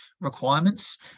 requirements